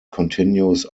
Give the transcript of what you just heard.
continues